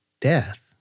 death